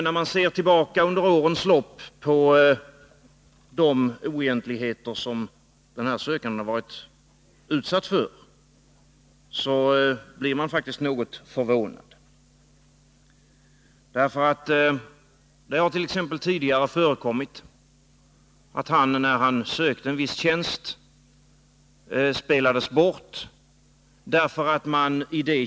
När man ser tillbaka på de oegentligheter som den här sökanden under årens lopp varit utsatt för, blir man faktiskt något förvånad. Tidigare har det t.ex. förekommit att han, när han sökte en viss tjänst, spelades bort.